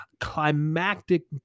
climactic